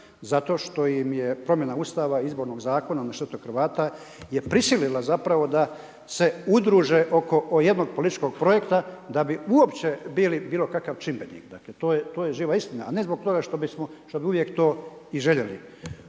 zato što im je promjena Ustava, izbornog zakona na štetu Hrvata je prisilila zapravo da se udruže oko jednog političkog projekta, da bi uopće bili bilo kakav čimbenik. To je živa istina, a ne zbog toga što bi uvijek to i željeli.